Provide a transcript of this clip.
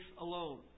alone